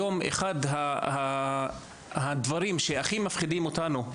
היום אחד הדברים שהכי מפחידים אותנו,